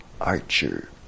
archer